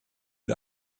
mit